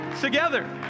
together